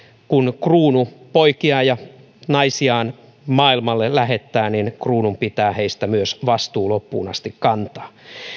kun kruunu poikiaan ja naisiaan maailmalle lähettää niin kruunun pitää heistä myös vastuu loppuun asti kantaa